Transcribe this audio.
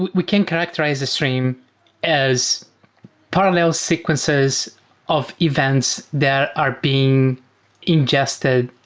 we can characterize a stream as parallel sequences of events that are being ingested.